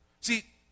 See